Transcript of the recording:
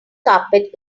carpet